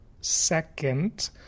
second